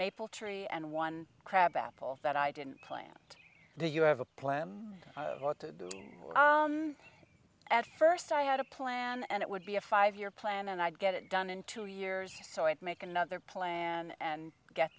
maple tree and one crab apple that i didn't plant do you have a plan what to do at first i had a plan and it would be a five year plan and i'd get it done in two years so i'd make another plan and get